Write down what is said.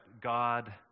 God